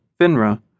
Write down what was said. FINRA